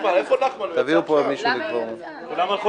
מהמבחן האחרון עד עכשיו אני לא ישנה בלילה,